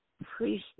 Appreciate